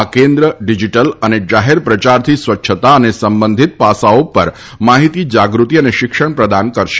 આ કેન્દ્ર ડિજિટલ અને જાહેર પ્રચારથી સ્વચ્છતા અને સંબંઘિત પાસાઓ પર માહિતી જાગૃતિ અને શિક્ષણ પ્રદાન કરશે